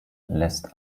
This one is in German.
lässt